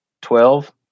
twelve